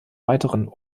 weiteren